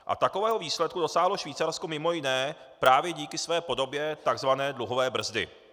A takového výsledku dosáhlo Švýcarsko mimo jiné právě díky své podobě takzvané dluhové brzdy.